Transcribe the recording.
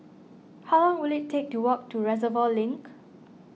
how long will it take to walk to Reservoir Link